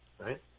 right